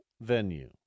venue